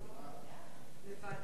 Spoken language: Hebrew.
לוועדה אתם רוצים?